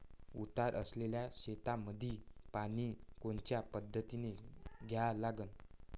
उतार असलेल्या शेतामंदी पानी कोनच्या पद्धतीने द्या लागन?